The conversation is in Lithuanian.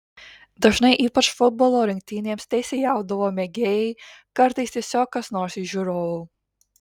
dažnai ypač futbolo rungtynėms teisėjaudavo mėgėjai kartais tiesiog kas nors iš žiūrovų